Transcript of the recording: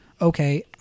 okay